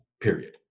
period